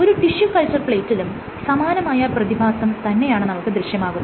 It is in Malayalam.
ഒരു ടിഷ്യു കൾച്ചർ പ്ലേറ്റിലും സമാനമായ പ്രതിഭാസം തന്നെയാണ് നമുക്ക് ദൃശ്യമാകുന്നത്